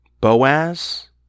Boaz